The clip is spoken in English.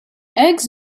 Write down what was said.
eggs